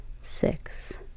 six